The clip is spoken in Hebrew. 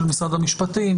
של משרד המשפטים,